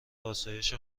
آسایش